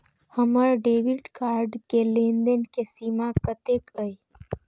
हमार debit card के लेन देन के सीमा केतना ये?